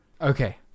okay